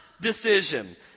decision